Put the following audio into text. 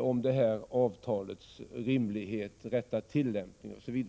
av detta avtals rimlighet, rätta tillämpning osv.